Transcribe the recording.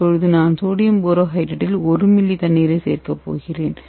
இப்போது நான் சோடியம் போரோஹைட்ரைடில் 1 மில்லி தண்ணீரை சேர்க்கப் போகிறேன்